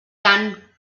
tant